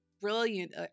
brilliant